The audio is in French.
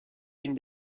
une